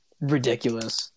ridiculous